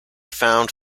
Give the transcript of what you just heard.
found